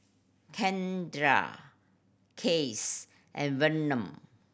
Kendra Cass and Vernon